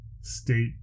state